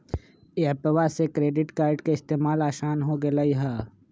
एप्पवा से credit card के इस्तेमाल असान हो गेलई ह